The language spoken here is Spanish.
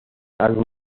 algo